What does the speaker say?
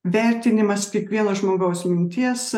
vertinimas kiekvieno žmogaus minties